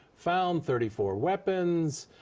found thirty four weapons,